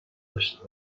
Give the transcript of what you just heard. داشته